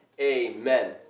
amen